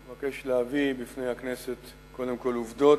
אני מבקש להביא בפני הכנסת קודם כול עובדות,